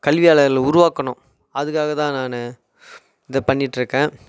கல்வியாளர்களை உருவாக்கணும் அதுக்காக தான் நான் இதை பண்ணிட்டிருக்கேன்